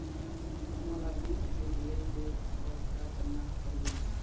मोला bill check ले हे बर का करना पड़ही ही?